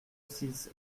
six